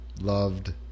Loved